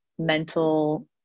mental